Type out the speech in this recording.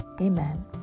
amen